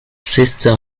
sister